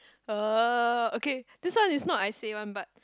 uh okay this one is not I say one but